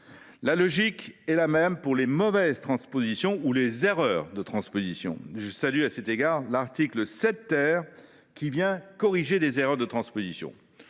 La logique est la même pour les mauvaises transpositions ou les erreurs de transposition. À cet égard, je salue l’article 7 , qui, précisément, corrige des erreurs de transposition.